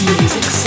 Music